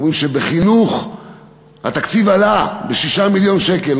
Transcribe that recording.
אומרים שבחינוך התקציב עלה ב-6 מיליון שקלים,